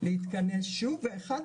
להתכנס שוב, ואחד